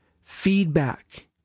feedback